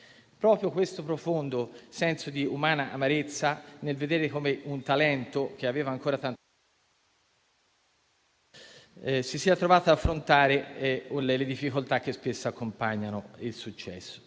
E c'è un profondo senso di umana amarezza nel vedere come un talento che aveva ancora tanto da dare si sia trovato ad affrontare le difficoltà che spesso accompagnano il successo,